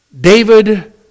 David